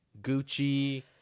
Gucci